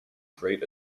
great